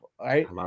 right